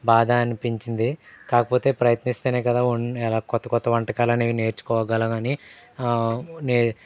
బాధ అనిపించింది కాకపోతే ప్రయత్నిస్తేనే కదా వం ఎలా కొత్త కొత్త వంటకాలనేవి నేర్చుకోగలనని నే